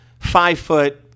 Five-foot